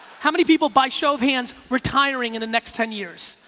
how many people by show of hands, retiring in the next ten years,